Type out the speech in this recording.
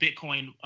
Bitcoin